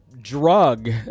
drug